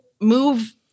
move